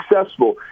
successful